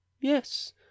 Yes